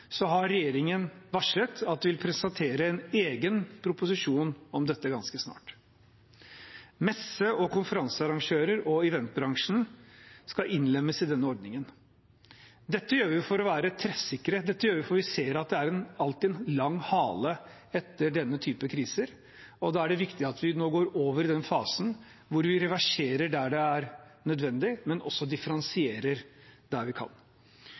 har regjeringen varslet at den vil presentere en egen proposisjon om dette ganske snart. Messe- og konferansearrangører og eventbransjen skal innlemmes i denne ordningen. Dette gjør vi for å være treffsikre. Vi gjør det fordi vi ser at det alltid er en lang hale etter denne typen kriser, og da er det viktig at vi nå går over i fasen der vi reverserer der det er nødvendig, men også differensierer der vi kan.